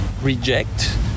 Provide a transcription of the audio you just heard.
reject